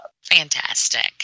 Fantastic